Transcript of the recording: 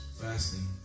fasting